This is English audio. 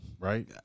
Right